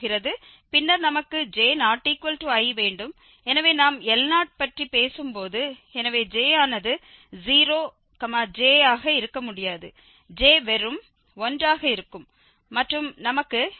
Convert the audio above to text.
பின்னர் நமக்கு j≠i வேண்டும் எனவே நாம் L0 பற்றி பேசும் போது எனவே j ஆனது 0 j ஆக இருக்க முடியாது j வெறும் 1 ஆக இருக்கும் மற்றும் நமக்கு x x1 மற்றும் இந்த j0 இருக்கிறது